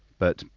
but,